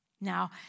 Now